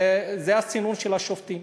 זה הסינון של השופטים.